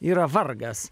yra vargas